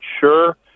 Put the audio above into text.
sure